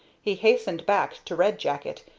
he hastened back to red jacket,